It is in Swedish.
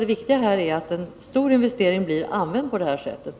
Det viktigaste är att en stor investering kommer till nytta på det här sättet.